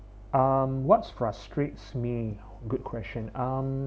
um what's frustrates me good question um